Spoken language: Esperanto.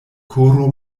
koro